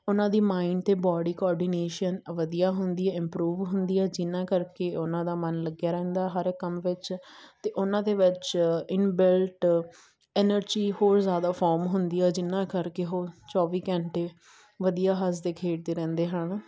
ਉਹਨਾਂ ਦੀ ਮਾਇੰਡ ਅਤੇ ਬੋਡੀ ਕੋਰਡੀਨੇਸ਼ਨ ਵਧੀਆ ਹੁੰਦੀ ਹੈ ਇਮਪਰੂਵ ਹੁੰਦੀ ਹੈ ਜਿਹਨਾਂ ਕਰਕੇ ਉਹਨਾਂ ਦਾ ਮਨ ਲੱਗਿਆ ਰਹਿੰਦਾ ਹਰ ਇੱਕ ਕੰਮ ਵਿੱਚ ਅਤੇ ਉਹਨਾਂ ਦੇ ਵਿੱਚ ਇਨਬਿਲਟ ਐਨਰਜੀ ਹੋਰ ਜ਼ਿਆਦਾ ਫੋਰਮ ਹੁੰਦੀ ਆ ਜਿਹਨਾਂ ਕਰਕੇ ਉਹ ਚੌਵੀ ਘੰਟੇ ਵਧੀਆ ਹੱਸਦੇ ਖੇਡਦੇ ਰਹਿੰਦੇ ਹਨ